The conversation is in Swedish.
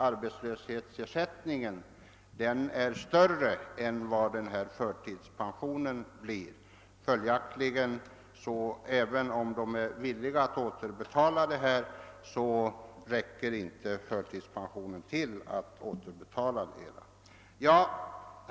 Arbetslöshetsersättningen är i regel större än vad förtidspensionen blir. Även om de är villiga att återbetala beloppet, så räcker för tidspensionen inte till.